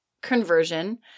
conversion